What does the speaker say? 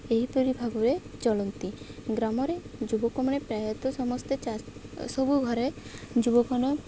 ଏହିପରି ଭାବରେ ଚଳନ୍ତି ଗ୍ରାମରେ ଯୁବକମାନେ ପ୍ରାୟତଃ ସମସ୍ତେ ସବୁ ଘରେ ଯୁବକମାନେ